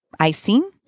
Icing